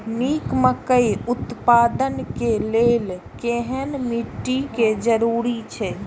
निक मकई उत्पादन के लेल केहेन मिट्टी के जरूरी छे?